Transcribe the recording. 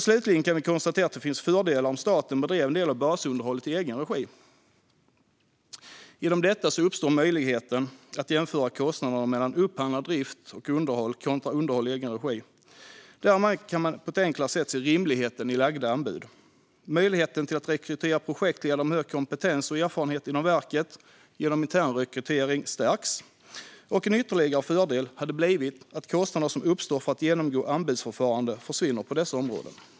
Slutligen kan vi konstatera att det skulle finnas fördelar om staten bedrev en del av basunderhållet i egen regi. Genom detta uppstår möjligheten att jämföra kostnaderna mellan upphandlad drift och underhåll och underhåll i egen regi. Därmed kan man på ett enklare sätt se rimligheten i lagda anbud. Möjligheten att genom internrekrytering rekrytera projektledare med hög kompetens och erfarenhet inom verket stärks. En ytterligare fördel vore att kostnader som uppstår vid anbudsförfaranden försvinner på dessa områden.